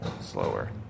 slower